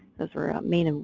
those were ah maine, ah